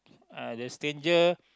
ah the stranger